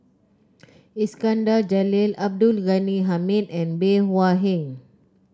Iskandar Jalil Abdul Ghani Hamid and Bey Hua Heng